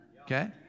Okay